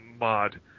mod